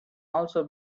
also